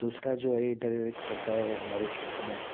दूसरा जो ये इधर एक पड़ता है हमारे क्षेत्र में